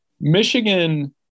Michigan